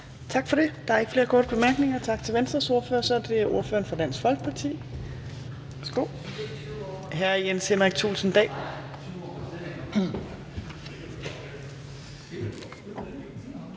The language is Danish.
Tak for det. Der er ikke flere korte bemærkninger. Tak til Venstres ordfører. Så er det ordføreren for Dansk Folkeparti, hr. Jens Henrik Thulesen Dahl.